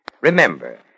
Remember